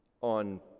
on